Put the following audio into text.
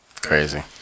Crazy